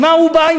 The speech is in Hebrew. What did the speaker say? עם מה הוא בא?